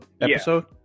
episode